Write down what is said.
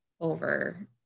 over